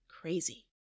crazy